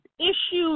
issues